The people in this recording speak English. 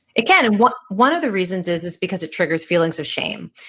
it can. and one one of the reasons is is because it triggers feelings of shame.